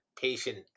patient